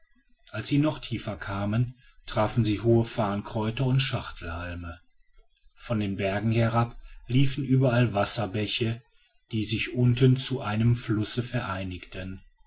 als sie noch tiefer kamen trafen sie hohe farnkräuter und schachtelhalme von den bergen herab liefen überall wasserbäche die sich unten zu einem flusse vereinigten